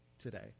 today